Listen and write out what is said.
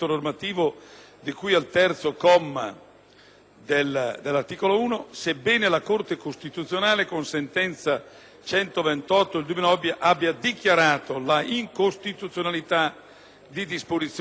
dell'articolo 1, sebbene la Corte costituzionale, con sentenza n. 128 del 2008, abbia dichiarato l'incostituzionalità di disposizioni del decreto-legge n.